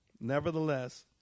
nevertheless